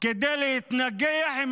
כדי להתנגח עם